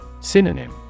Synonym